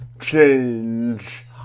change